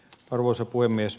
arvoisa puhemies